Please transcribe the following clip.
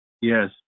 Yes